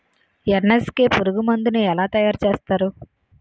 NSK పురుగు మందు ను ఎలా తయారు చేస్తారు?